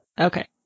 Okay